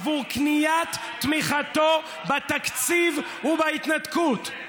עבור קניית תמיכתו בתקציב ובהתנתקות?